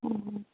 অ'